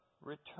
return